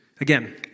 Again